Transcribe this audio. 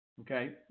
okay